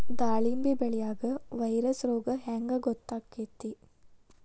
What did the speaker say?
ದಾಳಿಂಬಿ ಬೆಳಿಯಾಗ ವೈರಸ್ ರೋಗ ಹ್ಯಾಂಗ ಗೊತ್ತಾಕ್ಕತ್ರೇ?